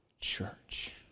church